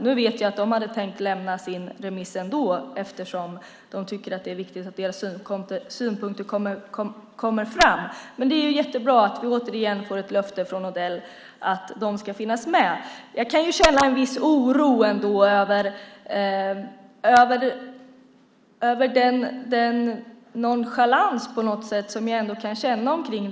Nu vet jag att de hade tänkt lämna sin remiss ändå eftersom de tycker att det är viktigt att deras synpunkter kommer fram, men det är jättebra att vi återigen får ett löfte från Odell om att de ska finnas med. Jag kan känna viss oro över den nonchalans som man ändå verkar visa detta.